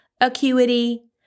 Acuity